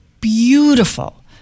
beautiful